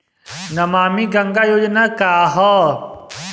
नमामि गंगा योजना का ह?